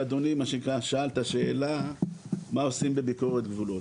שאדוני שאלת שאלה מה עושים בביקורת גבולות?